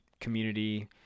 community